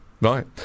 Right